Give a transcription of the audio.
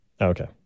Okay